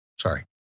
Sorry